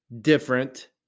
different